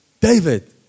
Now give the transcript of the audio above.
David